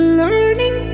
learning